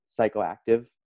psychoactive